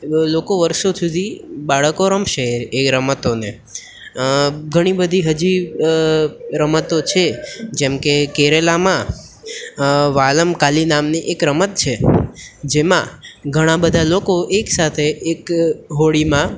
લોકો વર્ષો સુધી બાળકો રમશે એ રમતોને ઘણી બધી હજી રમતો છે જેમકે કેરાલામાં વાલમ કાલી નામની એક રમત છે જેમાં ઘણા બધા લોકો એક સાથે એક હોળીમાં